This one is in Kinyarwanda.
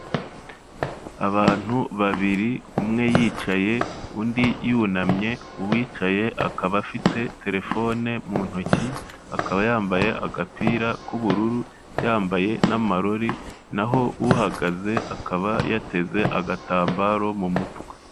Abantu babiri umwe yicaye undi yunamye, uwicaye akaba afite telefone mu ntoki, akaba yambaye agapira k'ubururu, yambaye n'amarori naho uhagaze akaba yateze agatambaro mu mutwe.